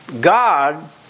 God